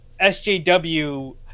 SJW